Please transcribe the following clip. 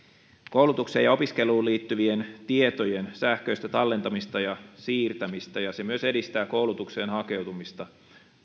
koulutukseen ja opiskeluun liittyvien tietojen sähköistä tallentamista ja siirtämistä ja se myös edistää koulutukseen hakeutumista